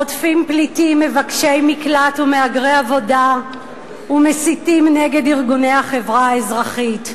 רודפים פליטים מבקשי מקלט ומהגרי עבודה ומסיתים נגד החברה האזרחית.